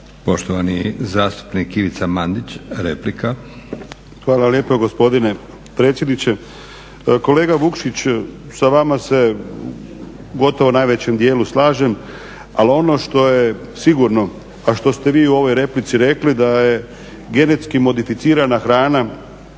Poštovani zastupnik Ivica Mandić, replika. **Mandić, Ivica (HNS)** Hvala lijepa gospodine predsjedniče. Kolega Vukšić sa vama se gotovo u najvećem dijelu slažem. Ali ono što je sigurno a što ste vi u ovoj replici rekli da genetski modificirana hrana